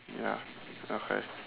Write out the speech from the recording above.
ya okay